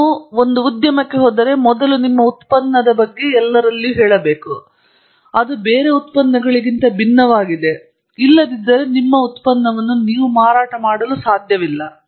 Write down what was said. ನೀವು ಉದ್ಯಮಕ್ಕೆ ಹೋದರೆ ನೀವು ಮೊದಲು ನಿಮ್ಮ ಉತ್ಪನ್ನದ ಬಗ್ಗೆ ಎಲ್ಲರಲ್ಲಿಯೂ ಹೇಳಬೇಕು ಮತ್ತು ಅದು ಬೇರೆ ಎಲ್ಲರಿಗಿಂತ ವಿಭಿನ್ನವಾಗಿದೆ ಇಲ್ಲದಿದ್ದರೆ ನಿಮ್ಮ ಉತ್ಪನ್ನವನ್ನು ನೀವು ಮಾರಾಟ ಮಾಡಲು ಸಾಧ್ಯವಿಲ್ಲ